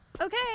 Okay